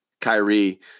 Kyrie